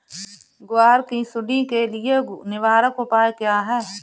ग्वार की सुंडी के लिए निवारक उपाय क्या है?